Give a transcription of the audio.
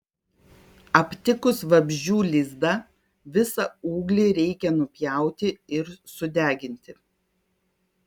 aptikus vabzdžių lizdą visą ūglį reikia nupjauti ir sudeginti